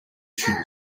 sud